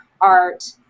art